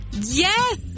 Yes